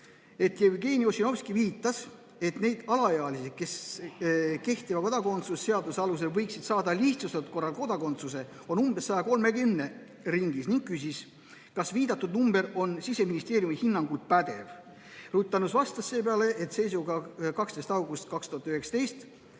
et Jevgeni Ossinovski viitas, et neid alaealisi, kes kehtiva kodakondsuse seaduse alusel võiksid saada lihtsustatud korras kodakondsuse, on umbes 130, ning küsis, kas viidatud arv on Siseministeeriumi hinnangul õige. Ruth Annus vastas seepeale, et seisuga 12. august 2019